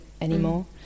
anymore